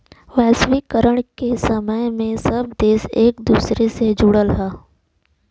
वैश्वीकरण के समय में सब देश एक दूसरे से जुड़ल हौ